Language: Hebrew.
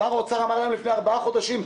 שר האוצר אמר להם לפני ארבעה חודשים.